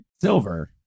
Silver